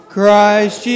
Christ